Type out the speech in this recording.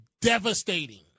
devastating